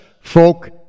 Folk